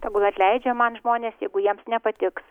tegul atleidžia man žmonės jeigu jiems nepatiks